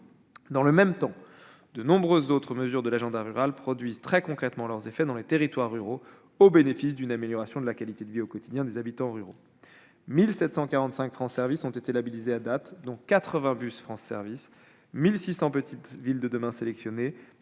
Dans le même temps, de nombreuses autres mesures de l'agenda rural produisent très concrètement leurs effets dans les territoires ruraux, au bénéfice d'une amélioration de la qualité de vie au quotidien des habitants : 1 745 espaces France Services ont été labellisés à date, dont 80 bus France Services. Je pense aussi aux 1 600 Petites Villes de demain sélectionnées,